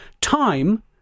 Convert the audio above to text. Time